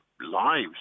lives